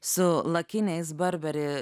su lakiniais barberi